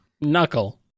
Knuckle